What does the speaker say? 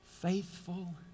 Faithful